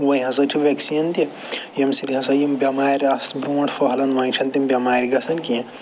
وۄنۍ ہسا چھِ وٮ۪کسیٖن تہِ ییٚمہِ سۭتۍ ہسا یِم بٮ۪مارِ آسہٕ برٛونٛٹھ پھٔہلان وَنہِ چھَنہٕ تِم بٮ۪مارِ گَژھان کیٚنٛہہ